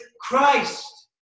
Christ